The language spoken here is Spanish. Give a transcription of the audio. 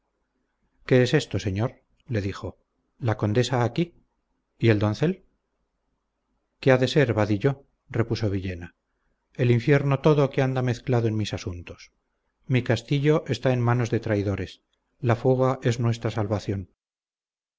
qué es esto señor le dijo la condesa aquí y el doncel qué ha de ser vadillo repuso villena el infierno todo que anda mezclado en mis asuntos mi castillo está en manos de traidores la fuga es nuestra salvación